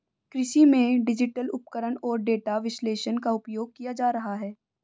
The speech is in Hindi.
कृषि में डिजिटल उपकरण और डेटा विश्लेषण का उपयोग किया जा रहा है